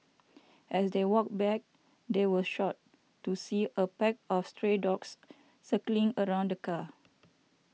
as they walked back they were shocked to see a pack of stray dogs circling around the car